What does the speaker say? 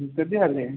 कधी आले